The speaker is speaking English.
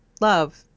Love